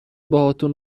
باهاتون